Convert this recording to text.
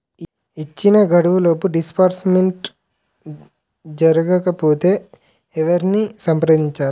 ఇచ్చిన గడువులోపు డిస్బర్స్మెంట్ జరగకపోతే ఎవరిని సంప్రదించాలి?